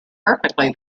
perfectly